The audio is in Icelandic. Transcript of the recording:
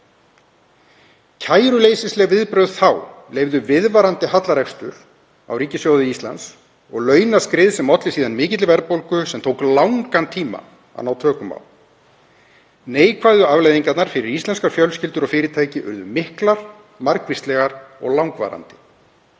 Kæruleysisleg viðbrögð þá leyfðu viðvarandi hallarekstur á ríkissjóði Íslands og launaskrið sem olli síðan mikilli verðbólgu sem tók langan tíma að ná tökum á. Neikvæðu afleiðingarnar fyrir íslenskar fjölskyldur og fyrirtæki urðu miklar, margvíslegar og langvarandi.